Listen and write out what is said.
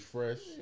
Fresh